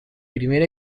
primer